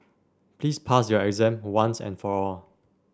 please pass your exam once and for all